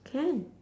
can